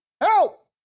Help